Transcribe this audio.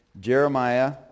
Jeremiah